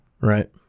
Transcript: Right